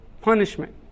punishment